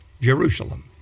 Jerusalem